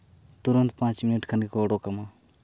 ᱛᱩᱸᱨᱟᱹᱛ ᱯᱟᱸᱪ ᱢᱤᱱᱤᱴ ᱠᱷᱟᱱ ᱜᱮᱠᱚ ᱚᱰᱚᱠᱟᱢᱟ